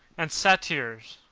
and satyrs